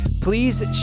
please